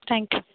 thank you